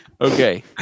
Okay